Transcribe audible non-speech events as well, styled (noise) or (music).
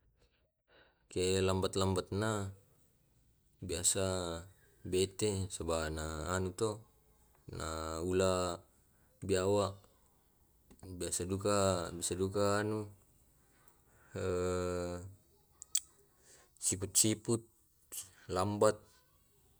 Ke lambat-lambat na biasa bete sab ana anu to naula biawak biasa duka biasa duka anu (hesitation) siput-siput lambat